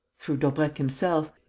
through daubrecq himself.